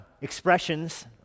expressions